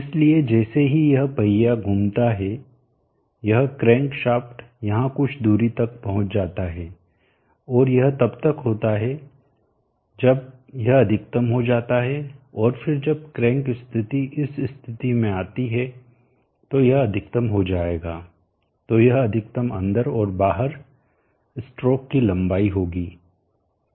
इसलिए जैसे ही यह पहिया घूमता है यह क्रैंक शाफ्ट यहां कुछ दूरी पर पहुंच जाता है और यह तब होता है जब यह अधिकतम हो जाता है और फिर जब क्रैंक स्थिति इस स्थिति में आती है तो यह अधिकतम हो जाएगा तो यह अधिकतम अंदर और बाहर स्ट्रोक की लंबाई होगी